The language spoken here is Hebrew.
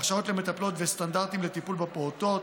הכשרות למטפלות וסטנדרטים לטיפול בפעוטות.